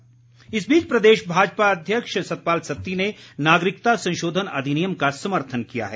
सतपाल सत्ती इस बीच प्रदेश भाजपा अध्यक्ष सतपाल सत्ती ने नागरिकता संशोधन अधिनियम का समर्थन किया है